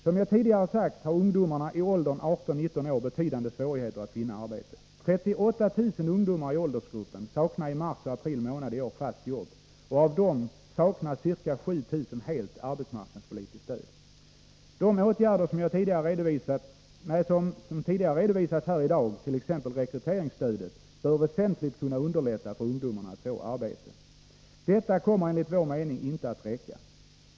Som jag tidigare sagt har ungdomarna i åldrarna 18-19 år betydande svårigheter att finna arbete. 38 000 ungdomar i åldersgruppen saknade i mars och april månad i år fasta jobb. Av dessa saknade ca 7 000 helt arbetsmarknadspolitiskt stöd. De åtgärder som tidigare redovisats här i dag, t.ex. rekryteringsstödet, bör väsentligt kunna underlätta för ungdomarna att få arbete. Detta kommer enligt vår mening dock inte att räcka.